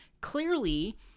clearly